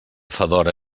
fedora